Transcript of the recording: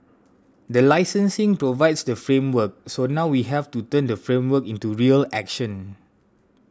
the licensing provides the framework so now we have to turn the framework into real action